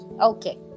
Okay